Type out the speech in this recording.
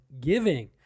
giving